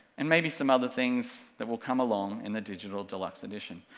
and maybe some other things that will come along in the digital deluxe edition.